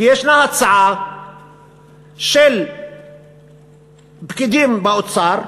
כי יש הצעה של פקידים באוצר,